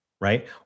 Right